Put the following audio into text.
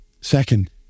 second